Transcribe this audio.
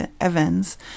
Evans